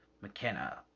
McKenna